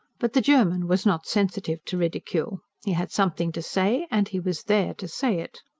but the german was not sensitive to ridicule. he had something to say, and he was there to say it.